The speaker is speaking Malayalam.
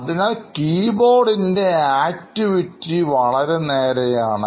അതിനാൽ കീ ബോർഡിൻറെ പ്രവർത്തനം വളരെ നേരെയാണ്